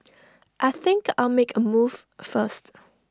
I think I'll make A move first